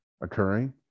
occurring